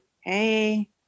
Hey